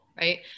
right